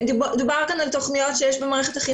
דובר כאן על תוכניות שיש במערכת החינוך